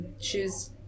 choose